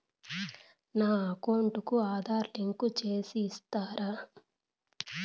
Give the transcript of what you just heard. నా అకౌంట్ కు ఆధార్ లింకు సేసి ఇస్తారా?